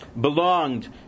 belonged